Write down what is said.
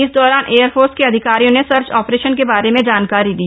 इस दौरान एयरफोर्स के अधिकारियों ने सर्च ऑपरेशन के बारे में जानकारी दी